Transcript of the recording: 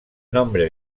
nombre